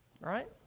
right